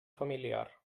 familiar